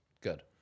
Good